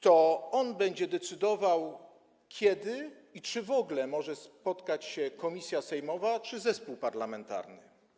To on będzie decydował, kiedy i czy w ogóle może spotkać się komisja sejmowa czy zespół parlamentarny.